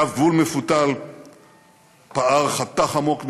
קו גבול מפותל פער חתך עמוק בירושלים,